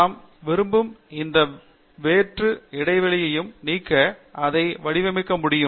நாம் விரும்பும் இந்த வெற்று இடைவெளிகளையும் நீக்க அதை வடிவமைக்க முடியும்